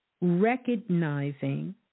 recognizing